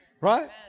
Right